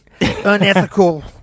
unethical